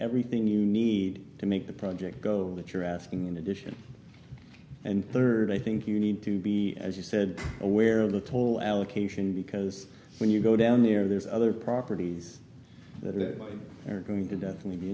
everything you need to make the project go that you're asking in addition and third i think you need to be as you said aware of the toll allocation because when you go down there there's other properties that they're going to definitely be